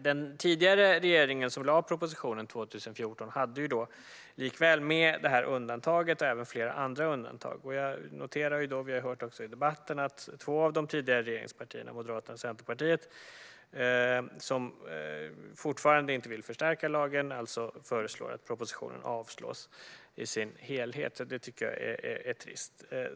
Den tidigare regeringen, som lade fram propositionen 2014, hade likväl med detta och andra undantag. Vi har också hört i debatten att två av de tidigare regeringspartierna, Moderaterna och Centerpartiet, fortfarande inte vill förstärka lagen och alltså föreslår att propositionen avslås i sin helhet. Det tycker jag är trist.